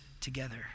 together